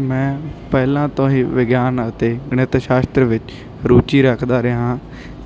ਮੈਂ ਪਹਿਲਾਂ ਤੋਂ ਹੀ ਵਿਗਿਆਨ ਅਤੇ ਗਣਿਤ ਸ਼ਾਸਤਰ ਵਿੱਚ ਰੁਚੀ ਰੱਖਦਾ ਰਿਹਾ ਹਾਂ